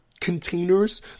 containers